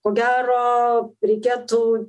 ko gero reikėtų